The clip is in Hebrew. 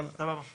ובואו ננסה למצוא